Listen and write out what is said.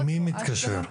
מי מתקשר?